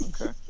Okay